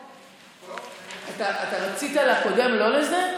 טוב, רצית לקודם, לא לזה?